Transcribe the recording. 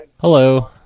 Hello